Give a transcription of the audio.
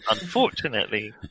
unfortunately